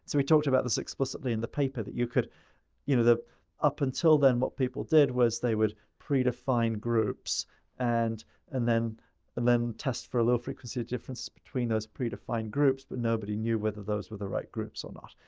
so we talked about this explicitly in the paper that you could you know, that up until then what people did was they would predefine groups and and then then test for a low frequency difference between those predefined groups. but nobody knew whether those were the right groups or not.